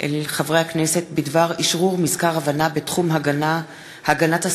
אל חברי הכנסת בדבר אשרור מזכר הבנה בתחום הגנת הסביבה